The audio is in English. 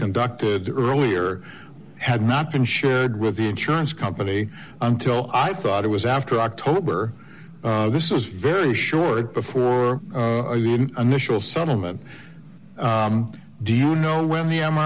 conducted earlier had not been shared with the insurance company until i thought it was after october this is very short before initial settlement do you know when the